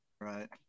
Right